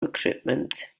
recruitment